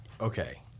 okay